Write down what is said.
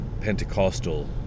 Pentecostal